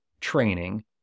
training